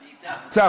אני אצא החוצה,